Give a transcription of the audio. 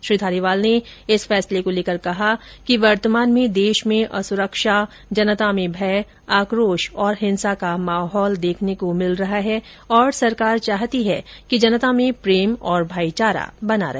श्री धारीवाल ने इस फैसले को लेकर कहा कि वर्तमान में देश में असुरक्षा जनता में भय आकोश और हिंसा का माहौल देखने को मिल रहा है और सरकार चाहती है कि जनता में प्रेम और भाईचारा बना रहे